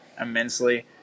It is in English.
immensely